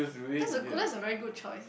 that's a good that's a very good choice